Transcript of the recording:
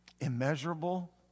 immeasurable